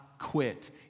quit